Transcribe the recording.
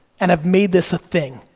and have made this a thing.